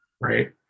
Right